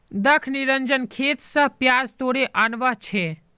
दख निरंजन खेत स प्याज तोड़े आनवा छै